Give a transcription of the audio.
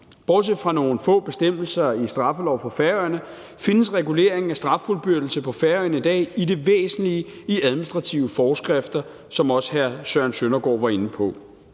Bortset fra nogle få bestemmelser i straffelov for Færøerne findes reguleringen af straffuldbyrdelse på Færøerne i dag i det væsentlige i administrative forskrifter, som også hr. Søren Søndergaard var inde på.